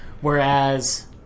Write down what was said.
Whereas